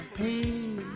pain